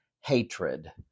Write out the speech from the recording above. hatred